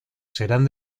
serán